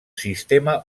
sistema